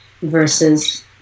versus